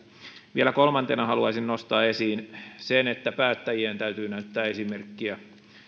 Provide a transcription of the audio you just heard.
vielä kolmantena haluaisin nostaa esiin sen että päättäjien täytyy näyttää esimerkkiä